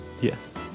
Yes